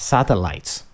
Satellites